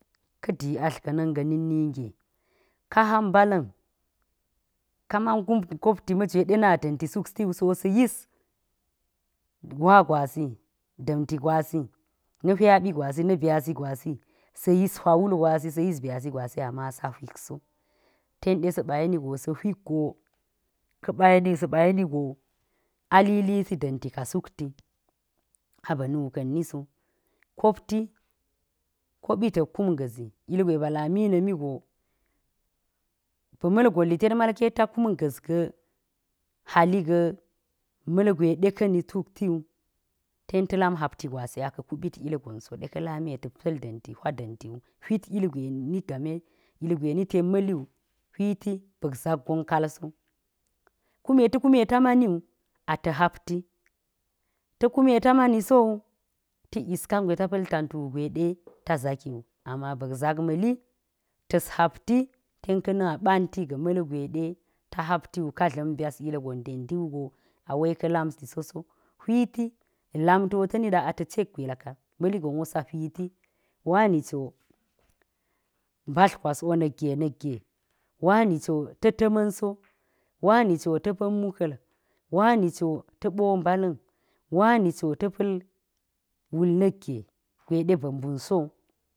Ka̱ di ati ga̱ nik ninge ka hap mbala̱n, ka man hopti ma̱jwe de da̱nti suktiwu so sa̱ yiswagwasi da̱nti gwasi, na hwabigwa si na byasi gwasi sa̱ yis hwawul gwasi sa̱ yu byasi gwasi ama sa hwikso dan sa yer go sa̱ hwikgo ka̱ ɓa̱ yeri seba̱ yeni go alilisi da̱ntika sulkti aba̱ nuka̱n ni so kopti, kobi tak kum ga̱zi. Ilgwe ba lami na̱ migo ba̱ malgon lited malkita kumgas ga̱ haliga̱ malgwede ka̱ni tukti, tenɗeta̱ lam hopti gwashiake kubit ilgon so de ka lami ta̱ pa̱l da̱nti hwa da̱n tiwu hwit ugwe nigame ilgwe ni ten ma̱liwu hwiti ba̱k zak gon kalso kume ta̱ kume ta maniwu ata̱ hpati ta̱ kume ta maniso tisyis kangwe ta pa̱ltantu ata̱ gakiwu ama ba̱k zak ma̱li tashapti ten ka̱na ɓanti ga malgwede ta hapti ka dlam byas ilgon tenti wugo awa ka̱ lamti soso hwiti lamti wu taniɗa tani da ata cek gwulka ma̱ligon wosa hwiti, wani ciwo mbatl garaswo ni ge, nak ge wanici wota̱ta̱ma̱nso wani ciwota̱ pa̱n mukal wani ciwo ta̱ bombala̱ni wani ciwo ta̱ pa̱l wal nigge gwede ba̱ mbumso.